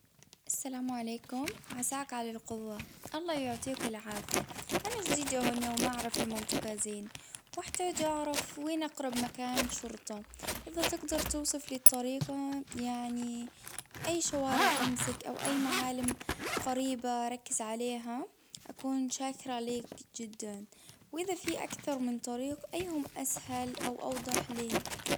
السلام عليكم عساك على القوة الله يعطيك العافية انا جديدة هونى ومعرف المنطقة زين محتاجة اعرف وين اقرب مكان شرطة اذا تجدر توصف لي الطريق يعني اي شوارع امسك او اي معالم قريبة ركز عليها اكون شاكرة ليك جدا واذا في اكثر من طريق ايهم اسهل او اوضح لي.